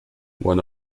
one